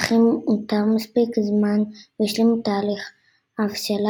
אך אם הותר מספיק זמן והשלים את תהליך ההבשלה,